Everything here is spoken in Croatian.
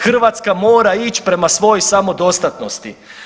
Hrvatska mora ići prema svojoj samodostatnosti.